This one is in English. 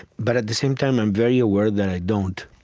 but at the same time, i'm very aware that i don't.